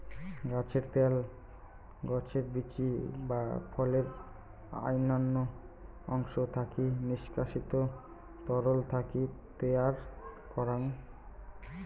গছের ত্যাল, গছের বীচি বা ফলের অইন্যান্য অংশ থাকি নিষ্কাশিত তরল থাকি তৈয়ার করাং